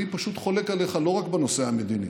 אני פשוט חולק עליך לא רק בנושא המדיני,